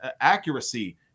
accuracy